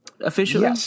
Officially